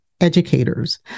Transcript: educators